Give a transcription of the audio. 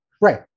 Right